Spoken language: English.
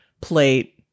plate